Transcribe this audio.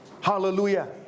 Hallelujah